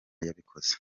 yabikoze